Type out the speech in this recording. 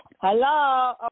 Hello